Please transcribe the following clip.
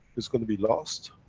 it's going to be lost,